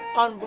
on